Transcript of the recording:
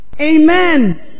Amen